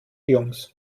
jungs